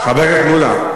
חבר הכנסת מולה,